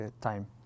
time